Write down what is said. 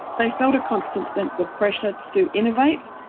they felt a constant sense of pressure to innovate,